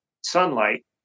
sunlight